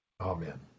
Amen